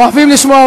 אוהבים לשמוע,